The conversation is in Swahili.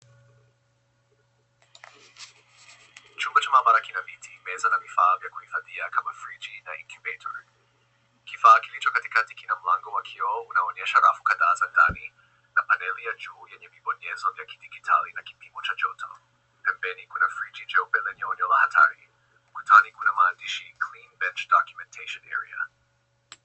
Chumba cha maabara kina viti, meza na vifaa vya kuhifadhia kama friji na incubator . Kifaa kilicho katikati kina mlango wa kioo unaonyesha rafu kadhaa za ndani na paneli ya juu yenye vibonyezo vya kidijitali na kipimo cha joto. Pembeni, kuna friji jeupe lenye onyo la hatari. Ukutani kuna maandishi Clean Bench Documentation Area .